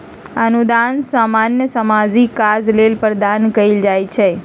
अनुदान सामान्य सामाजिक काज लेल प्रदान कएल जाइ छइ